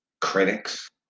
critics